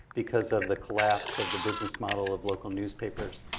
because of the collapse of the business model of local newspapers.